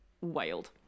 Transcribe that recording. Wild